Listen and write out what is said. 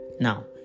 now